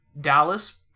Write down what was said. Dallas